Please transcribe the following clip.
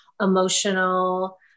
emotional